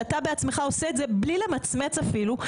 כשאתה בעצמך עושה את זה בלי למצמץ אפילו.